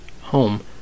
home